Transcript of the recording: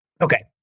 okay